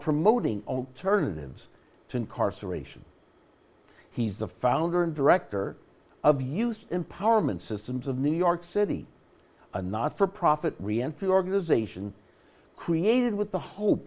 promoting alternatives to incarceration he's the founder and director of used empowerment systems of new york city a not for profit reentry organization created with the ho